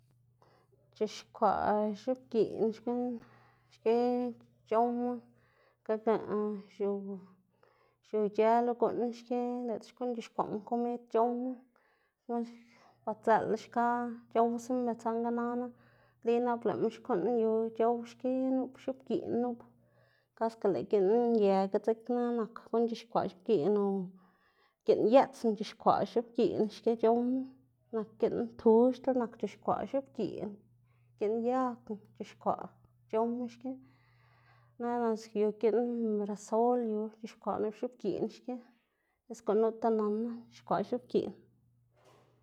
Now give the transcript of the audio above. c̲h̲ixkwaꞌ x̱oꞌbgiꞌn xkuꞌn xki c̲h̲owma xiuw xiu ic̲h̲ë lo guꞌn xki diꞌltsa xkuꞌn c̲h̲ixkwaꞌma komid c̲h̲owma, badzela xka c̲h̲owsama ber saꞌnga nana nli nap lëꞌma xkuꞌn yu c̲h̲ow xki nup x̱oꞌbgiꞌn nup, kaska lëꞌ giꞌn ngega dzekna nak guꞌn c̲h̲ixkwaꞌ x̱oꞌbgiꞌn o giꞌn yeꞌtsna c̲h̲ixkwaꞌ x̱oꞌbgiꞌn xki c̲h̲owma, nak giꞌn tuxdla nak c̲h̲ixkwaꞌ x̱oꞌbgiꞌn, giꞌn yagna c̲h̲ixkwaꞌ c̲h̲owma xki, nana ansa yu giꞌn misarol yu c̲h̲ixkwaꞌ nup x̱oꞌbgiꞌn xki, pues gunuta nanná c̲h̲ixkwaꞌ x̱oꞌbgiꞌn xki.